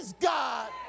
God